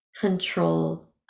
control